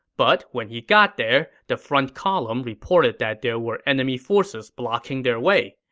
but when he got there, the front column reported that there were enemy forces blocking their way.